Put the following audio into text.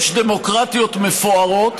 יש דמוקרטיות מפוארות